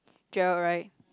Gerald right